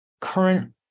current